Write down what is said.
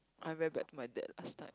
I'm very bad to my dad last time